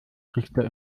richter